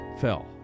fell